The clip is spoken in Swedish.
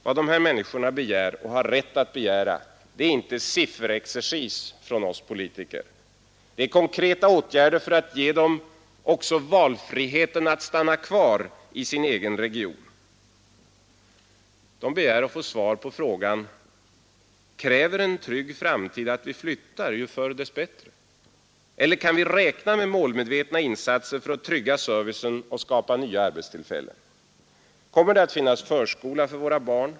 Vad de här människorna begär — och har rätt att begära — är inte sifferexercis från oss politiker. Det är konkreta åtgärder för att ge dem också valfriheten att stanna kvar i sin egen region. De begär att få svar på frågan: Kräver en trygg framtid att vi flyttar — ju förr dess bättre? Eller kan vi räkna med målmedvetna insatser för att trygga servicen och skapa nya arbetstillfällen? Kommer det att finnas förskola för våra barn?